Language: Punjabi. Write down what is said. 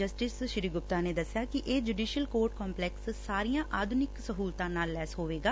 ਜਸਟਿਸ ਸ੍ਰੀ ਗੁਪਤਾ ਨੇ ਦੱਸਿਆ ਕਿ ਇਹ ਜੁਡੀਸੀਅਲ ਕੋਰਟ ਕੰਪਲੈਕਸ ਸਾਰੀਆਂ ਆਧੂਨਿਕ ਸਹੂਲਤਾਂ ਨਾਲ ਲੈਸ ਹੋਵੇਗਾ